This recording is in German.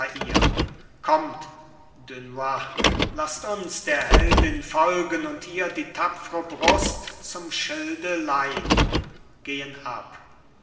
hire kommt dunois laßt uns der heldin folgen und ihr die tapfre brust zum schilde leihn beide ab